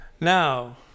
Now